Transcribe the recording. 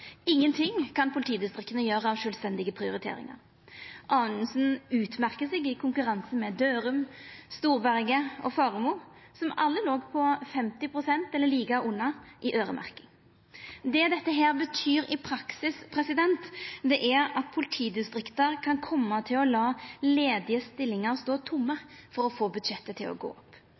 Ingenting kan politidistrikta gjera av sjølvstendige prioriteringar. Anundsen utmerkar seg i konkurransen med Dørum, Storberget og Faremo, som alle låg på 50 pst. eller like under i øyremerking. Det dette betyr i praksis, er at politidistrikt kan koma til å la ledige stillingar stå tomme for å få budsjettet til å gå opp,